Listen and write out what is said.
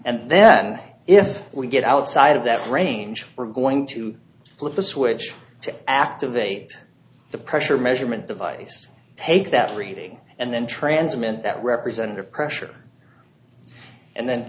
and then if we get outside of that range we're going to flip the switch to activate the pressure measurement device take that reading and then transmit that represent a pressure and then